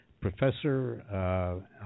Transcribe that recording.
professor